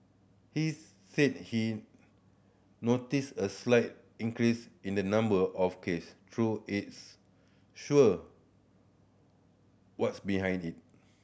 he said he noticed a slight increase in the number of case though is sure what's behind it